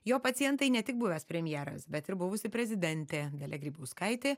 jo pacientai ne tik buvęs premjeras bet ir buvusi prezidentė dalia grybauskaitė